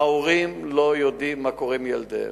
ההורים לא יודעים מה קורה עם ילדיהם,